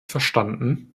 verstanden